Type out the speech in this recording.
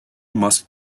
must